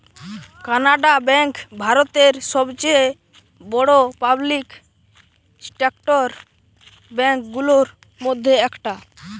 Canara Bank ভারতের সবচেয়ে বড়ো পাবলিক সেক্টর ব্যাঙ্ক গুলোর মধ্যে একটা